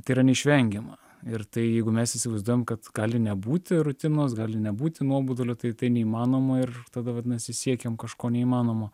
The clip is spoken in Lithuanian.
tai yra neišvengiama ir tai jeigu mes įsivaizduojam kad gali nebūti rutinos gali nebūti nuobodulio tai tai neįmanoma ir tada vadinasi siekiam kažko neįmanomo